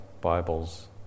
bibles